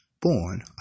born